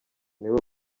nibo